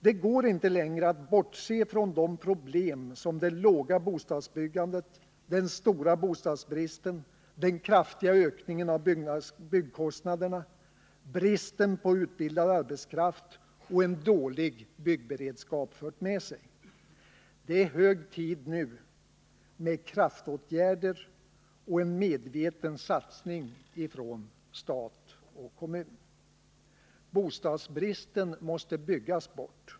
Det går inte längre att bortse från de problem som det låga bostadsbyggandet, den stora bostadsbristen, den kraftiga ökningen av byggkostnaderna, bristen på utbildad arbetskraft och en dålig byggberedskap fört med sig. Det är nu hög tid med kraftåtgärder och en medveten satsning från stat och kommun. Bostadsbristen måste byggas bort.